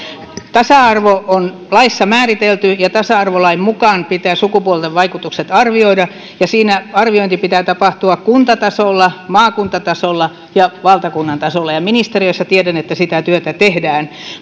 tasa arvo on laissa määritelty ja tasa arvolain mukaan pitää sukupuolivaikutukset arvioida siinä arvioinnin pitää tapahtua kuntatasolla maakuntatasolla ja valtakunnan tasolla ja tiedän että ministeriössä sitä työtä tehdään